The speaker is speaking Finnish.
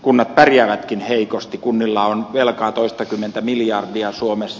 kunnat pärjäävätkin heikosti kunnilla on velkaa toistakymmentä miljardia suomessa